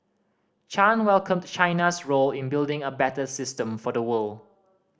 Chan welcomed China's role in building a better system for the world